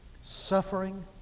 suffering